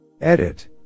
Edit